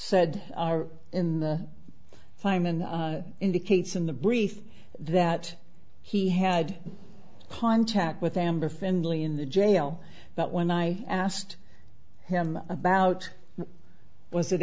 said are in the time and indicates in the brief that he had contact with amber finley in the jail but when i asked him about it was